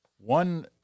One